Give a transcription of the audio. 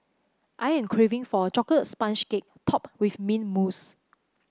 I am craving for a chocolate sponge cake topped with mint mousse